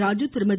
Raju Thirumathi